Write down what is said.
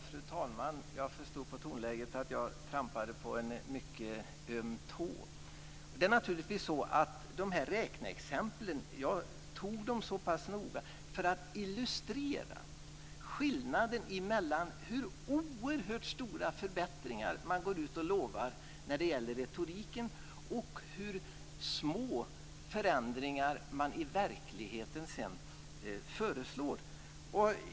Fru talman! Jag förstår på tonläget att jag trampade på en mycket öm tå. Jag tog de här räkneexemplen så pass noga för att illustrera skillnaden mellan hur oerhört stora förbättringar man går ut och lovar i retoriken och hur små förändringar man i verkligheten sedan föreslår.